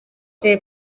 jay